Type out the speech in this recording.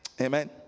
Amen